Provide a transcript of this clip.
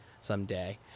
someday